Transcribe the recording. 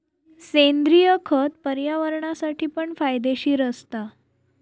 सेंद्रिय खत पर्यावरणासाठी पण फायदेशीर असता